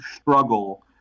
struggle